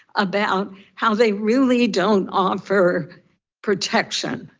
about how they really don't offer protection.